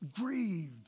Grieved